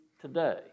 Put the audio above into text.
today